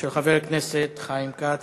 של חבר הכנסת חיים כץ.